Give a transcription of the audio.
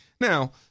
Now